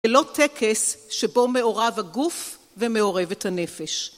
ולא טקס שבו מעורב הגוף ומעורבת הנפש.